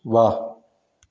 वा